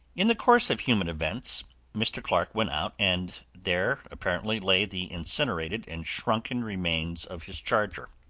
in the course of human events mr. clark went out, and there, apparently, lay the incinerated and shrunken remains of his charger.